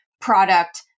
product